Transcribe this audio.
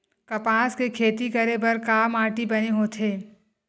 कपास के खेती करे बर का माटी बने होथे?